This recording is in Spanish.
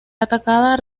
atacada